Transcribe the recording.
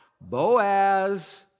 Boaz